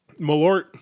Malort